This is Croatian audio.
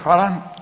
hvala.